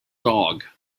dog